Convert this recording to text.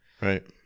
Right